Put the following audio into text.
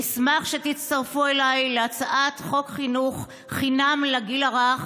אשמח שתצטרפו אליי להצעת חוק חינוך חינם לגיל הרך,